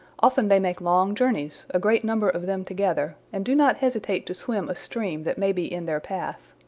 often they make long journeys, a great number of them together, and do not hesitate to swim a stream that may be in their path.